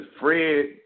Fred